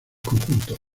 conjunto